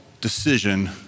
decision